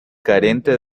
carente